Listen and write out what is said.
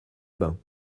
bains